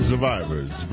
Survivors